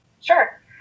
Sure